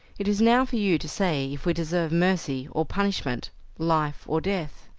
it is now for you to say if we deserve mercy or punishment life or death?